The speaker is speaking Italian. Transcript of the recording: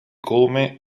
come